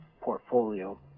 portfolio